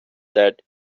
that